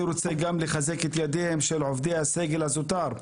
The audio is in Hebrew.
אני רוצה גם לחזק את ידיהם של עובדי הסגל הזוטר,